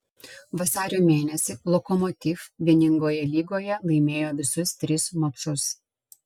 vasario mėnesį lokomotiv vieningoje lygoje laimėjo visus tris mačus